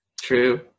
True